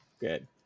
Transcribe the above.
Good